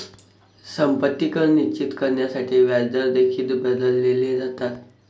संपत्ती कर निश्चित करण्यासाठी व्याजदर देखील बदलले जातात